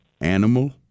animal